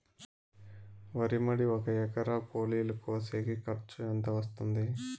వరి మడి ఒక ఎకరా కూలీలు కోసేకి ఖర్చు ఎంత వస్తుంది?